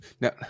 now